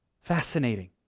fascinating